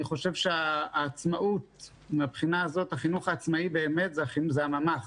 אני חושב שמן הבחינה הזאת בחינוך העצמאי העצמאות היא בממ"ח,